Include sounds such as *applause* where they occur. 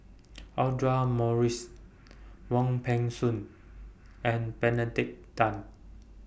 *noise* Audra Morrice Wong Peng Soon and Benedict Tan